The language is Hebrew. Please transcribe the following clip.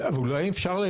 אבל אולי אפשר,